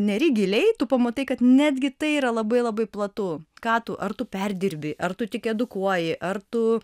neri giliai tu pamatai kad netgi tai yra labai labai platu ką tu ar tu perdirbi ar tu tik edukuoji ar tu